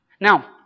Now